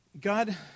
God